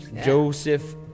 Joseph